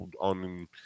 on